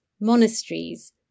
monasteries